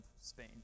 Spain